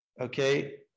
Okay